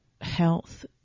health